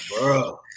Bro